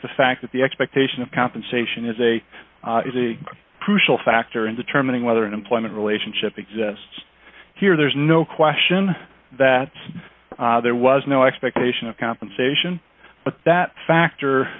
the fact that the expectation of compensation is a crucial factor in determining whether an employment relationship exists here there's no question that there was no expectation of compensation but that factor